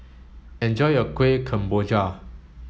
enjoy your Kueh Kemboja